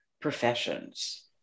professions